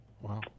Wow